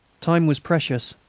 time was precious.